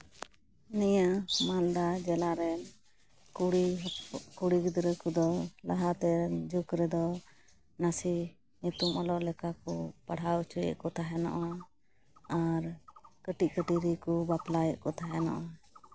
ᱱᱤᱭᱟᱹ ᱢᱟᱞᱫᱟ ᱡᱮᱞᱟ ᱨᱮᱱ ᱠᱩᱲᱤ ᱦᱚᱯᱚᱱ ᱠᱩᱲᱤ ᱜᱤᱫᱽᱨᱟᱹ ᱠᱚᱫᱚ ᱞᱟᱦᱟᱛᱮ ᱡᱩᱜᱽ ᱨᱮᱫᱚ ᱱᱟᱥᱮ ᱧᱩᱛᱩᱢ ᱚᱞᱚᱜ ᱞᱮᱠᱟ ᱠᱚ ᱯᱟᱲᱦᱟᱣ ᱦᱚᱪᱚᱭᱮᱜ ᱠᱚ ᱛᱟᱦᱮᱸ ᱠᱟᱱᱟ ᱟᱨ ᱠᱟᱹᱴᱤᱡ ᱠᱟᱹᱴᱤᱡ ᱨᱮᱠᱚ ᱵᱟᱯᱞᱟᱭᱮᱫ ᱠᱚ ᱛᱟᱦᱮᱱᱟ